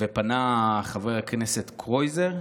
ופנה חבר הכנסת קרויזר,